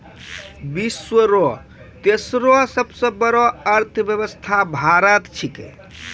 विश्व रो तेसरो सबसे बड़ो अर्थव्यवस्था भारत छिकै